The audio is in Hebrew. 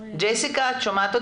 ההנחיה של הורדת תקציב ב-50%,